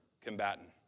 combatant